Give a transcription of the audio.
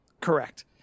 Correct